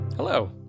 Hello